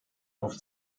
auf